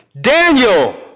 Daniel